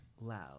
Loud